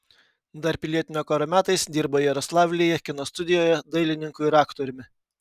dar pilietinio karo metais dirbo jaroslavlyje kino studijoje dailininku ir aktoriumi